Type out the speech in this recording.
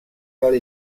del